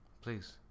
Please